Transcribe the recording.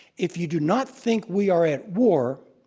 if you do not think we are at war,